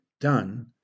done